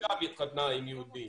שגם התחתנה עם יהודי.